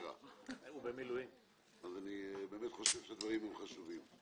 אני באמת חושב שהדברים הם חשובים.